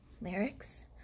Lyrics